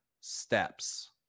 steps